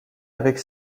avec